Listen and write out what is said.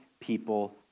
people